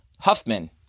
Huffman